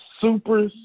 super